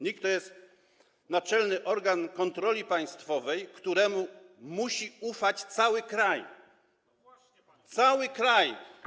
NIK to jest naczelny organ kontroli państwowej, któremu musi ufać cały kraj - cały kraj.